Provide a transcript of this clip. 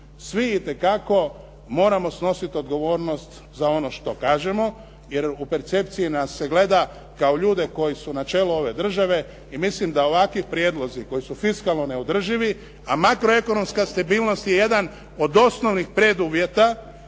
svi itekako moramo snositi odgovornost za ono što kažemo jer u percepciji nas se gleda kao ljude koji su na čelu ove države i mislim da ovakvi prijedlozi koji su fiskalni neodrživi a makroekonomska stabilnost je jedan od osnovnih preduvjeta